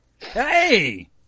Hey